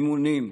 אימונים.